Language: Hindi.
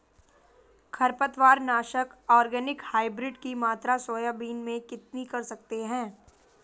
खरपतवार नाशक ऑर्गेनिक हाइब्रिड की मात्रा सोयाबीन में कितनी कर सकते हैं?